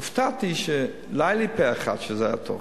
הופתעתי שלא שמעתי פה-אחד שזה היה טוב.